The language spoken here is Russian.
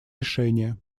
решения